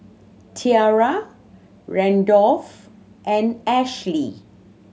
Tiarra Randolph and Ashely